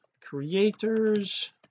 creators